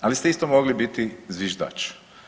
Ali ste isto mogli biti zviždač.